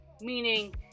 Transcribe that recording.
meaning